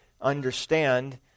understand